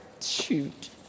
Shoot